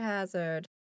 Hazard